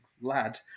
lad